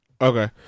Okay